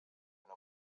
una